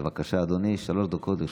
בבקשה, אדוני, שלוש דקות לרשותך.